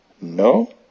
No